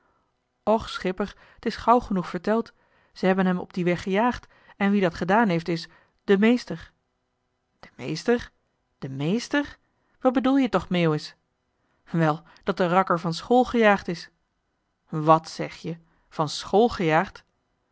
och schipper t is gauw genoeg verteld ze hebben hem op dien weg gejaagd en wie dat gedaan heeft is de meester de meester de meester wat bedoel je toch meeuwis wel dat de rakker van school gejaagd is wàt zeg je van school gejaagd